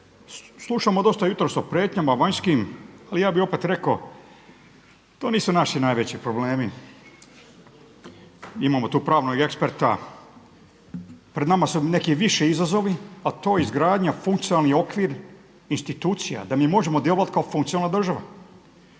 Slušamo dosta jutros o prijetnjama vanjskim, ali ja bih opet rekao to nisu naši najveći problemi. Imamo tu pravnog eksperta, pred nama su neki viši izazovi, a to izgradnja, funkcionalni okvir, institucija da mi možemo djelovati kao funkcionalna država.